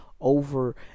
over